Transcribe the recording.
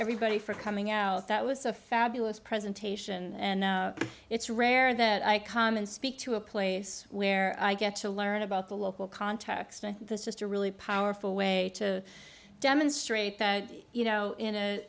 everybody for coming out that was a fabulous presentation and it's rare that i come and speak to a place where i get to learn about the local context and this just a really powerful way to demonstrate that you know in a